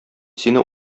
сине